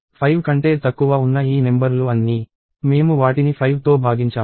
5 కంటే తక్కువ ఉన్న ఈ నెంబర్ లు అన్నీ మేము వాటిని 5 తో భాగించాము